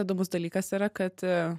įdomus dalykas yra kad